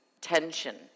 tension